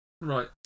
Right